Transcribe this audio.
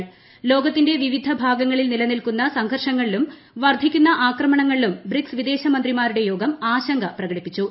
പ്രതിബദ്ധത ലോകത്തിന്റെ വിവിധ ഭാഗങ്ങളിൽ നിലനിൽക്കുന്ന സംഘർഷങ്ങളിലും വർധിക്കുന്ന ആക്രമണങ്ങളിലും ബ്രിക്സ് വിദേശമന്ത്രിമാരുടെ യോഗം ആശങ്ക പ്രകടിപ്പിച്ചു